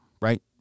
right